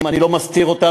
ואני לא מסתיר אותם,